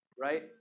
Right